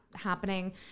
happening